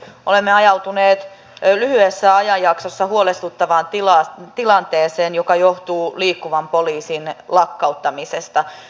olemme ajautuneet lyhyessä ajanjaksossa huolestuttavaan tilanteeseen joka johtuu liikkuvan poliisin lakkauttamisesta